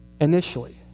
Initially